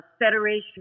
federation